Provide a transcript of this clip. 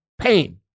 pain